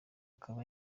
akaba